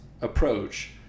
approach –